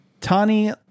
Tani